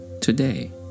today